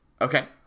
Okay